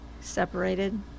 separated